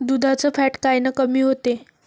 दुधाचं फॅट कायनं कमी होते?